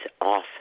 off